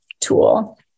tool